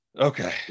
okay